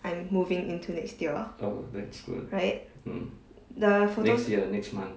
I'm moving into next year right the photos